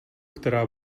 která